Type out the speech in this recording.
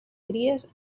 cries